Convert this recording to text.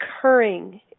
occurring